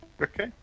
Okay